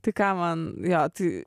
tai ką man jo tai